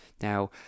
Now